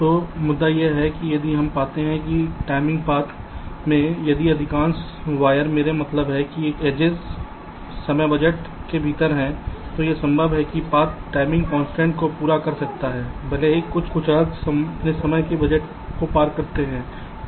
तो मुद्दा यह है कि यदि हम पाते हैं कि टाइमिंग पथ में यदि अधिकांश वायर मेरा मतलब है कि एजेस समय बजट के भीतर है तो यह संभव है कि पाथ टाइमिंग कॉन्सट्रेंट्स को पूरा कर सकता है भले ही कुछ आर्क्स अपने समय के बजट को पार करते हैं